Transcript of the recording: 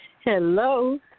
Hello